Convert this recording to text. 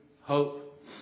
hope